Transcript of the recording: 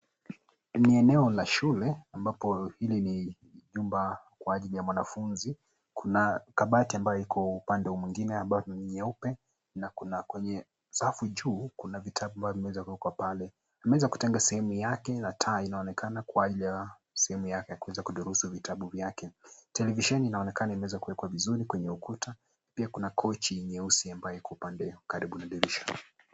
Ni eneo la shule ambapo hili ni nyumba kwa ajili ya mwanafunzi, Kuna kabati ambayo iko upande huo mwingine ambayo ni nyeupe na kuna kwenye safu juu vitabu ambazo zimeweza kuekwa pale. Ameweza kutenga simu yake na taa inaonekana kuwa ya ile simu yake kuweza kudurusu vitabu vyake. Televisheni inaonekana imeweza kuwekwa vizuri kwenye ukuta, pia kuna kocha nyeusi kando karibu na dirisha.